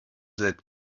that